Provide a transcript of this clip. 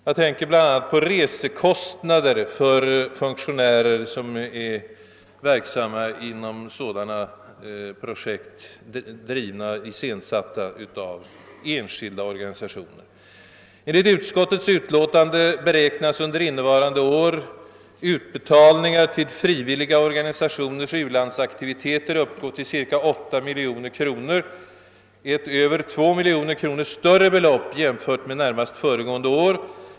Jag tänker bl.a. på resekostnader för funktionärer som är verksamma inom sådana projekt som är iscensatta av enskilda organisationer. Enligt utskottets utlåtande beräknas under innevarande år utbetalningar till frivilliga organisationers u-landsaktiviteter uppgå till cirka 8 miljoner kronor, visserligen ett över 2 miljoner kronor större belopp än motsvarande summa närmast föregående år.